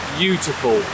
beautiful